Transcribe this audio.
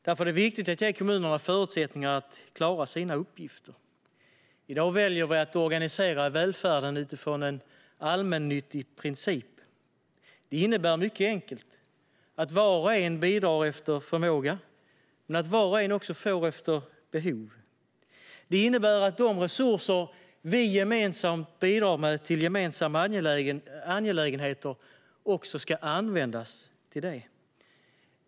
Därför är det viktigt att ge kommunerna förutsättningar att klara sina uppgifter. I dag väljer vi att organisera välfärden utifrån en allmännyttig princip. Det innebär, mycket enkelt uttryckt, att var och en bidrar efter förmåga och att var och en får efter behov. Det innebär att de resurser vi gemensamt bidrar med till gemensamma angelägenheter också ska användas till det.